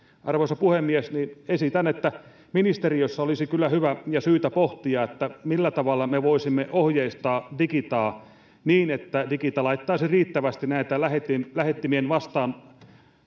arvoisa puhemies esitän että ministeriössä olisi kyllä hyvä ja syytä pohtia millä tavalla me voisimme ohjeistaa digitaa niin että digita laittaisi riittävästi näitä lähettimien lähettimien